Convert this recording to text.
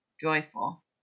joyful